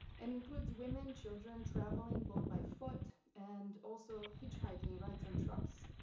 and includes women, children, traveling both by foot, and also, hitchhiking rides on trucks.